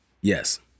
Yes